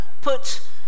put